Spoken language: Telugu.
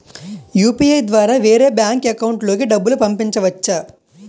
యు.పి.ఐ ద్వారా వేరే బ్యాంక్ అకౌంట్ లోకి డబ్బులు పంపించవచ్చా?